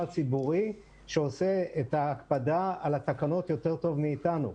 הציבורי שעושה את ההקפדה על התקנות יותר טוב מאיתנו.